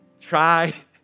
try